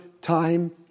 time